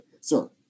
sir